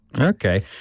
Okay